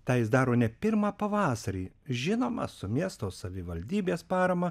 tai jis daro ne pirmą pavasarį žinoma su miesto savivaldybės parama